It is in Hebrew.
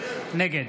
נגד